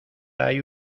hay